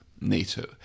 NATO